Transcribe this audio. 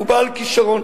הוא בעל כשרון.